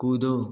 कूदो